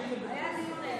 היה דיון ער.